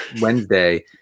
Wednesday